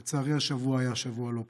לצערי, השבוע היה שבוע לא פשוט.